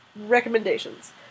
Recommendations